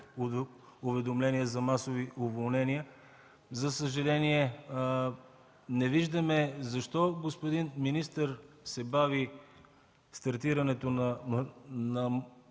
уведомления за масови уволнения. За съжаление, не виждаме защо, господин министър, се бави стартирането на